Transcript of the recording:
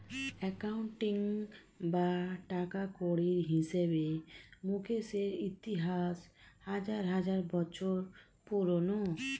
accounting বা টাকাকড়ির হিসেবে মুকেশের ইতিহাস হাজার হাজার বছর পুরোনো